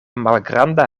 malgranda